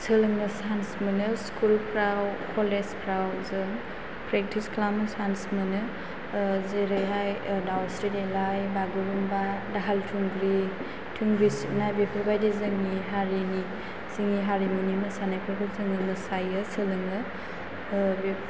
सोलोंनो चान्स मोनो स्कुल फ्राव कलेज फ्राव जों फ्रेकथिस खालामनो चान्स मोनो जेरैहाय दावस्रि देलाय बागुरुमबा दाहाल थुंग्रि थुंग्रि सिबनाय बेफोरबादि जोंनि हारिनि जोंनि हारिमुनि मोसानायफोरखौ जोङाे मोसायो सोलोङाे